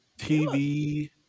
TV